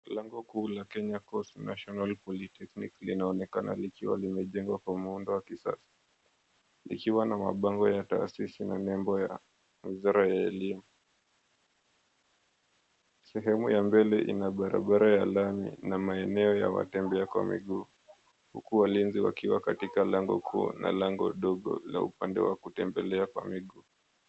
Lango kuu la Kenya Coast National Polytechnic linaonekana likiwa limejengwa kwa muundo wa kisasa. Likiwa na mabango ya taasisi na nembo ya Wizara ya Elimu. Sehemu ya mbele ina barabara ya lami, na maeneo ya watembeya kwa miguu. Huku walinzi wakiwa katika lengo kuu na lango dogo la upande wa kutembelea kwa miguu.